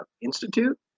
Institute